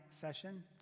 session